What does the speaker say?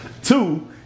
Two